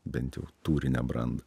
bent jau tūrinę brandą